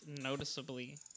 noticeably